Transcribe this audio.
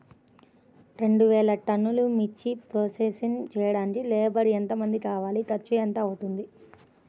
రెండు వేలు టన్నుల మిర్చి ప్రోసెసింగ్ చేయడానికి లేబర్ ఎంతమంది కావాలి, ఖర్చు ఎంత అవుతుంది?